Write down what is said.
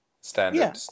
standard